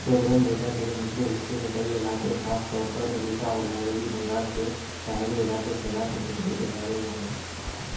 سوبرن ریکھا کے نچلے حصے کے کئی علاقے خاص طور پر اڑیسہ اور مغربی بنگال کے شاحلی علاقے سیلاب کے خطرے کے دائرے میں ہیں